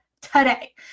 today